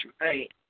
right